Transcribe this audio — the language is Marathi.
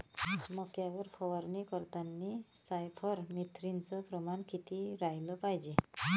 मक्यावर फवारनी करतांनी सायफर मेथ्रीनचं प्रमान किती रायलं पायजे?